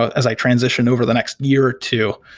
as i transition over the next year or two,